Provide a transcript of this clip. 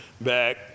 back